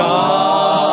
God